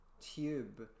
tube